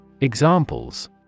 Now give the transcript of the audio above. Examples